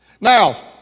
Now